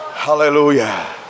Hallelujah